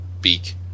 beak